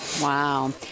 Wow